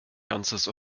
ganzes